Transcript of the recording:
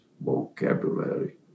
vocabulary